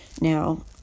now